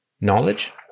knowledge